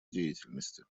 деятельности